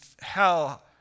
hell